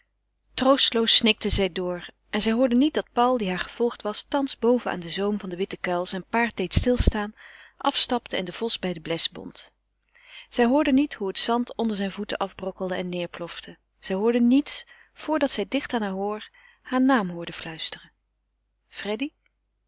troosteloos snikte zij door en zij hoorde niet dat paul die haar gevolgd was thans boven aan den zoom van den witten kuil zijn paard deed stilstaan afstapte en den vos bij den bles bond zij hoorde niet hoe het zand onder zijn voeten afbrokkelde en neêrplofte zij hoorde niets voordat zij dicht aan heur oor heur naam hoorde fluisteren